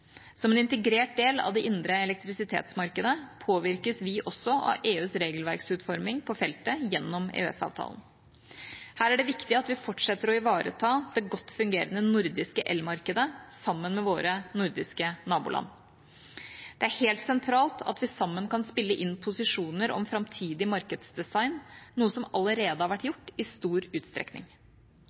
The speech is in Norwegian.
Som en integrert del av det indre elektrisitetsmarkedet påvirkes vi også av EUs regelverksutforming på feltet gjennom EØS-avtalen. Her er det viktig at vi fortsetter å ivareta det godt fungerende nordiske elmarkedet sammen med våre nordiske naboland. Det er helt sentralt at vi sammen kan spille inn posisjoner om framtidig markedsdesign, noe som allerede har vært gjort i stor utstrekning.